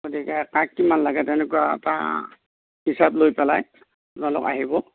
গতিকে কাক কিমান লাগে তেনেকুৱা এটা হিচাপ লৈ পেলাই আপোনালোক আহিব